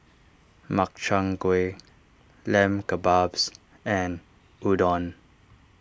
Makchang Gui Lamb Kebabs and Udon